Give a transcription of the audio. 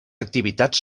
activitats